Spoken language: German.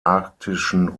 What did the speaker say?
arktischen